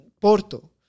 Porto